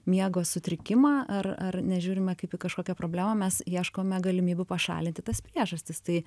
miego sutrikimą ar ar nežiūrime kaip į kažkokią problemą mes ieškome galimybių pašalinti tas priežastis tai